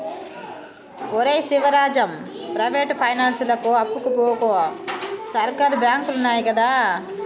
ఒరే శివరాజం, ప్రైవేటు పైనాన్సులకు అప్పుకు వోకు, సర్కారు బాంకులున్నయ్ గదా